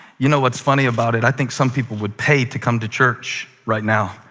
you know what's funny about it. i think some people would pay to come to church right now.